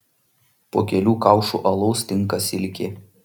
po kelių kaušų alaus tinka silkė